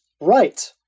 right